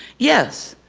yes,